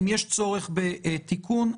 אם יש צורך בתיקון,